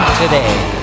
today